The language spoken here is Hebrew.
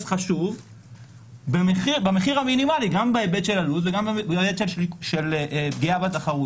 חשוב במחיר המינימלי גם בעלות וגם בפגיעה בתחרות.